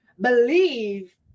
believe